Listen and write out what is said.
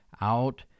out